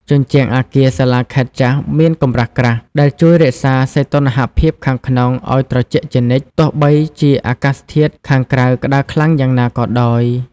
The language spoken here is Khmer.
ជញ្ជាំងអគារសាលាខេត្តចាស់មានកម្រាស់ក្រាស់ ដែលជួយរក្សាសីតុណ្ហភាពខាងក្នុងឱ្យត្រជាក់ជានិច្ច ទោះបីជាអាកាសធាតុខាងក្រៅក្តៅខ្លាំងយ៉ាងណាក៏ដោយ។